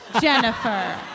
Jennifer